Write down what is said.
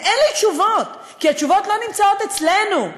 ואין לי תשובות, כי התשובות לא נמצאות אצלנו.